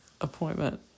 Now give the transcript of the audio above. appointment